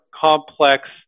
complex